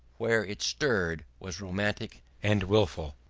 where it stirred, was romantic and wilful.